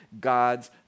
God's